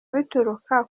bituruka